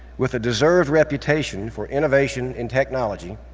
with a deserved reputation for innovation in technology,